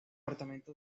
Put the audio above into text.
apartamento